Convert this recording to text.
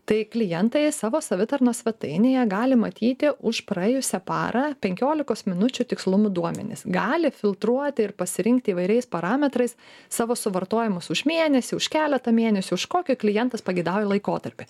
tai klientai savo savitarnos svetainėje gali matyti už praėjusią parą penkiolikos minučių tikslumu duomenis gali filtruot ir pasirinkti įvairiais parametrais savo suvartojamus už mėnesį už keletą mėnesių už kokį klientas pageidauja laikotarpį